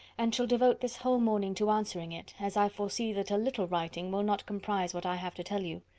and shall devote this whole morning to answering it, as i foresee that a little writing will not comprise what i have to tell you.